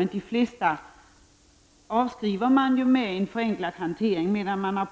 Utskottet avstyrker de flesta med en förenklad hantering, medan man